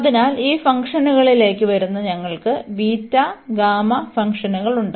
അതിനാൽ ഈ ഫംഗ്ഷനുകളിലേക്ക് വരുന്ന ഞങ്ങൾക്ക് ബീറ്റ ഗാമാ ഫംഗ്ഷനുകൾ ഉണ്ട്